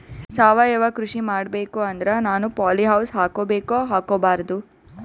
ಸಾವಯವ ಕೃಷಿ ಮಾಡಬೇಕು ಅಂದ್ರ ನಾನು ಪಾಲಿಹೌಸ್ ಹಾಕೋಬೇಕೊ ಹಾಕ್ಕೋಬಾರ್ದು?